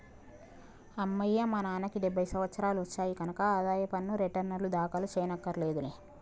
అమ్మయ్యా మా నాన్నకి డెబ్భై సంవత్సరాలు వచ్చాయి కనక ఆదాయ పన్ను రేటర్నులు దాఖలు చెయ్యక్కర్లేదులే